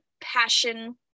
passion